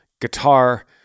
guitar